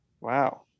Wow